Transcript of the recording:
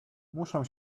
muszę